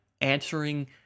answering